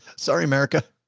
sorry, america,